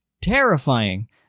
terrifying